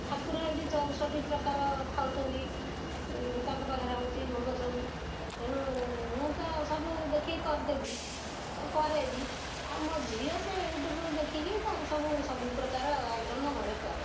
ଠାକୁର ଏଠି ଚଉଷଠ ପ୍ରକାର ଖାଉଛନ୍ତି ତାଙ୍କ ପାଖରେ ହେଉଛି ଭୋଗ ସବୁ ତେଣୁ ମୁଁ ତ ସବୁ ଦେଖିକି କରିଦେବି କରେ ବି ଆଉ ମୋ ଝିଅ ସେ ୟୁଟ୍ୟୁବରୁ ଦେଖିକି ତାର ସବୁ ସବୁ ପ୍ରକାର ଆଇଟମ୍ ମୋ ଘରେ କରେ